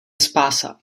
spása